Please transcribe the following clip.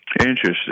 Interesting